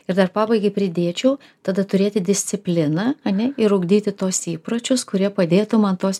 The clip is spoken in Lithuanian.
ir dar pabaigai pridėčiau tada turėti discipliną ane ir ugdyti tuos įpročius kurie padėtų man tuos